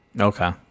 Okay